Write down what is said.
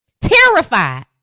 Terrified